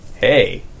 hey